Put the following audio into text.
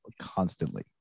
constantly